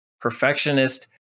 Perfectionist